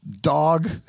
dog